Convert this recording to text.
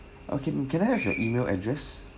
okay mm can I have your email address